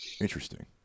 Interesting